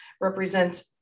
represents